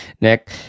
nick